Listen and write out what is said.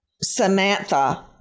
Samantha